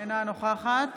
אינה נוכחת